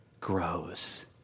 grows